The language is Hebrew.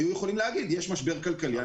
היו יכולים לומר שיש משבר כלכלי,